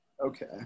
Okay